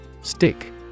Stick